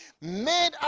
made